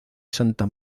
santa